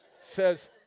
Says